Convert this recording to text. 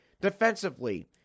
defensively